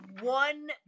one